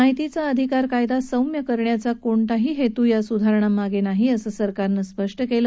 माहिती अधिकार कायदा सौम्य करण्याचा कोणताही हेतू या सुधारणांमागे नाही असं सरकारनं स्पष्ट केलं